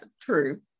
true